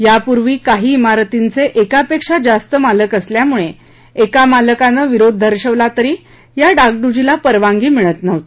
यापूर्वी काही चारतींचे एका पेक्षा जास्त मालक असल्यामुळे एका मालकाने विरोध दर्शवला तरी या डागड्जीला परवानगी मिळत नव्हती